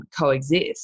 coexist